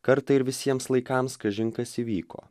kartą ir visiems laikams kažin kas įvyko